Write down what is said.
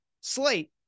slate